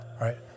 right